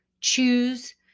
choose